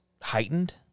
heightened